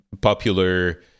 popular